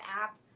app